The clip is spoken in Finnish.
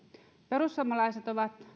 perussuomalaiset ovat